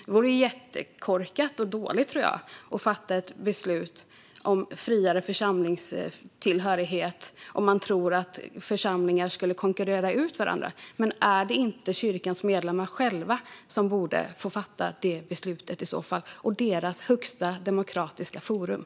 Det vore jättekorkat och dåligt att fatta beslut om friare församlingstillhörighet om man tror att församlingar skulle konkurrera ut varandra. Men är det inte kyrkans medlemmar själva och deras högsta demokratiska forum som borde få fatta det beslutet?